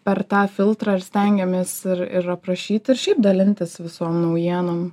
per tą filtrą ir stengiamės ir ir aprašyt ir šiaip dalintis visom naujienom